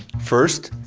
first,